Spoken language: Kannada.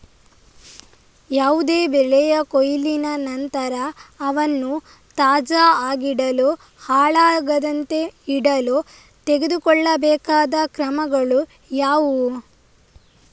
ಯಾವುದೇ ಬೆಳೆಯ ಕೊಯ್ಲಿನ ನಂತರ ಅವನ್ನು ತಾಜಾ ಆಗಿಡಲು, ಹಾಳಾಗದಂತೆ ಇಡಲು ತೆಗೆದುಕೊಳ್ಳಬೇಕಾದ ಕ್ರಮಗಳು ಯಾವುವು?